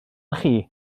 chi